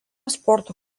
sporto